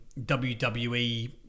WWE